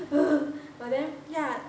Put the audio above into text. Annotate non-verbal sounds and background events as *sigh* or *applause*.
*noise* but then yeah